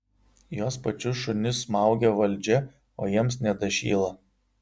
juos pačius šunis smaugia valdžia o jiems nedašyla